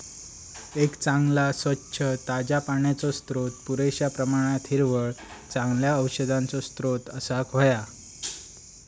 एक चांगला, स्वच्छ, ताज्या पाण्याचो स्त्रोत, पुरेश्या प्रमाणात हिरवळ, चांगल्या औषधांचो स्त्रोत असाक व्हया